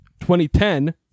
2010